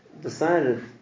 decided